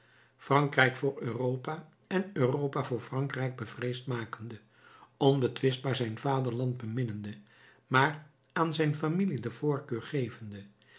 frankrijk voor europa en europa voor frankrijk bevreesd makende onbetwistbaar zijn vaderland beminnende maar aan zijn familie de voorkeur gevende